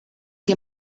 que